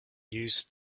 used